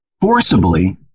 forcibly